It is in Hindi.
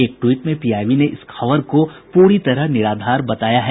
एक ट्वीट में पीआईबी ने इस खबर को पूरी तरह निराधार बताया है